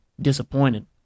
disappointed